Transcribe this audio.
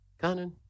Canon